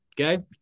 Okay